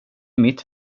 mitt